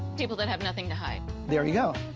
people that have nothing to hide. there you go.